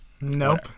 Nope